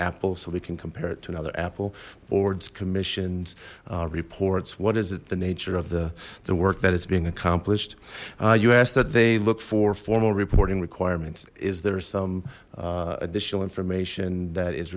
apple so we can compare it to another apple boards commissioned reports what is it the nature of the work that it's being accomplished you asked that they look for formal reporting requirements is there some additional information that is